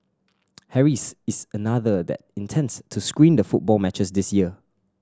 Harry's is another that intends to screen the football matches this year